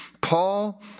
Paul